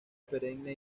perenne